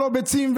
לא ביצים,